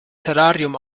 terrarium